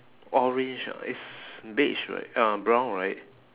orange ah it's beige right um brown right